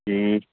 ਜੀ